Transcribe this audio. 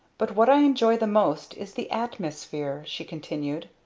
but what i enjoy the most is the atmosphere, she continued.